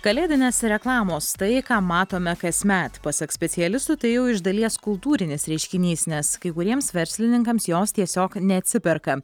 kalėdinės reklamos tai ką matome kasmet pasak specialistų tai jau iš dalies kultūrinis reiškinys nes kai kuriems verslininkams jos tiesiog neatsiperka